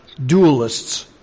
dualists